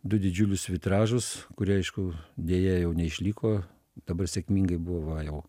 du didžiulius vitražus kurie aišku deja jau neišliko dabar sėkmingai buvo jau